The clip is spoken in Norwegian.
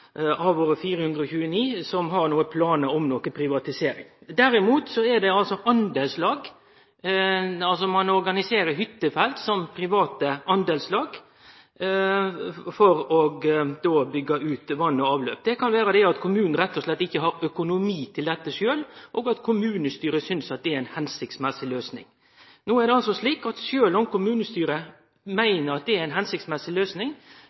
har planar om privatisering. Derimot er det partlag. Ein organiserer hyttefelt som private partlag for å byggje ut vatn og avløp. Det kan vere at kommunen rett og slett ikkje har økonomi til dette sjølv, og at kommunestyret synest at det er ei hensiktsmessig løysing. No er det altså slik at sjølv om kommunestyret meiner at det er ei hensiktsmessig løysing,